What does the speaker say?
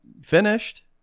finished